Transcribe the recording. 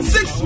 Six